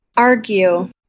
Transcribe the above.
argue